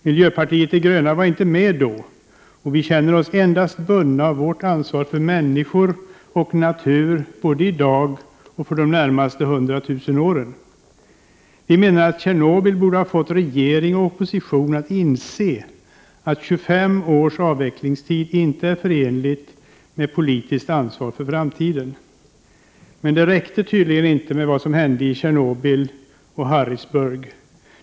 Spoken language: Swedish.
Miljöpartiet de gröna var inte med då, och vi känner oss endast bundna av vårt ansvar för människor och natur både i dag och för de närmaste hundratusen åren. Vi menar att Tjernobyl borde ha fått regering och opposition att inse att 25 års avvecklingstid inte är förenligt med politiskt ansvar för framtiden. Men det räckte tydligen inte med vad som hände i Harrisburg och Tjernobyl.